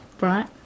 right